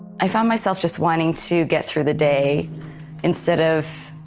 i found myself just wanting to get through the day instead of